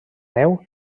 neu